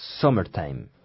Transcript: Summertime